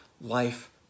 life